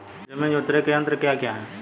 जमीन जोतने के यंत्र क्या क्या हैं?